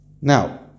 Now